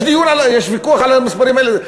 יש ויכוח על המספרים האלה?